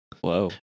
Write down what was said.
Whoa